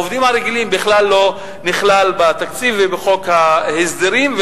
העובדים הרגילים בכלל לא נכלל בתקציב ובחוק ההסדרים.